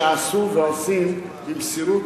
שעשו ועושים במסירות